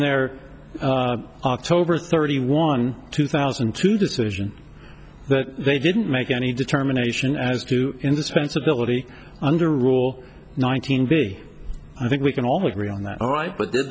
their october thirty one two thousand and two decision that they didn't make any determination as to indispensability under rule nineteen b i think we can all agree on that all right but they